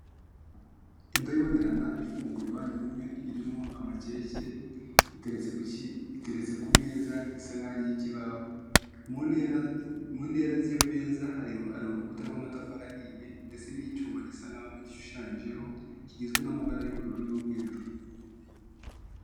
Indobo ibonerana ifunguye uruhande rumwe ifunguye irimo amakeke, iteretse ku ishyi, iteretse ku meza isa nkaho iriho ikibaho. Mu ntera mu ntera z'iyo meza hari urukuta rw'amatafari ahiye ndetse n'icyuma gisa nkaho gishushanyijeho, kigizwe n'amabara y'ubururu n'umweru.